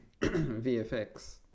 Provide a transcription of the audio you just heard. VFX